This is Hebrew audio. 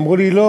אמרו לי: לא,